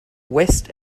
west